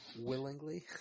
Willingly